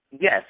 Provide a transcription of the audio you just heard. Yes